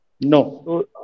No